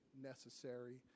necessary